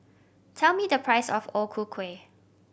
tell me the price of O Ku Kueh